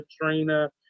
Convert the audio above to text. Katrina